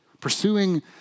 Pursuing